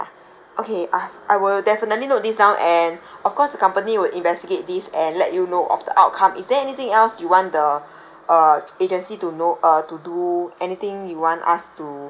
okay I've I will definitely note this down and of course the company will investigate this and let you know of the outcome is there anything else you want the uh agency to know uh to do anything you want us to